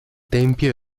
tempio